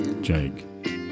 Jake